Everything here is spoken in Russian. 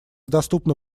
доступно